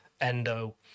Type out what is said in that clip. Endo